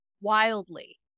wildly